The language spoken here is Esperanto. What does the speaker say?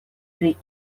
pri